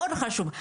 מאוד חשוב.